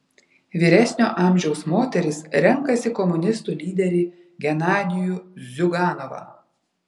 vyresnio amžiaus moterys renkasi komunistų lyderį genadijų ziuganovą